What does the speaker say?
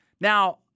Now